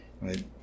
right